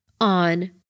on